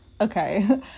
okay